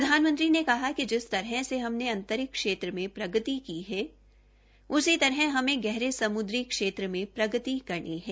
प्रधानमंत्री ने कहा कि जिस तरह से हमने अंतरिक्ष क्षेत्र में प्रगति की है उसी तरह हमे गहरे सम्द्री क्षेत्र में प्रगति करनी है